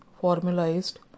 formalized